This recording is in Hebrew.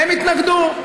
יתנגדו.